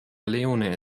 leone